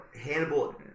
Hannibal